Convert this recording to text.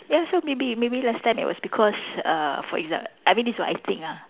ya so maybe maybe last time it was because uh for exa~ I mean this what I think ah